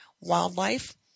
wildlife